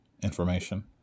information